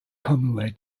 commonly